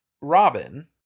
Robin